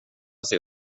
sig